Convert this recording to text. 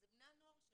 זה בני הנוער שלנו,